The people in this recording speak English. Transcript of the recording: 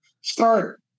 start